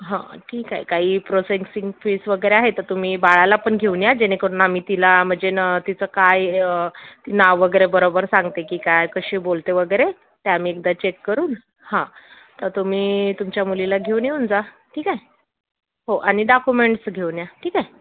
हं ठीक आहे काही प्रोसेगसिंग फीस वगैरे आहे तर तुम्ही बाळाला पण घेऊन या जेणेकरून आम्ही तिला म्हणजे तिचं काय नाव वगैरे बरोबर सांगते की काय कशी बोलते वगैरे ते आम्ही एकदा चेक करून हां तर तुम्ही तुमच्या मुलीला घेऊन येऊन जा ठीक आहे हो आणि डाकुमेंट्स घेऊन या ठीक आहे